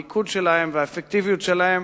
המיקוד שלהם והאפקטיביות שלהם,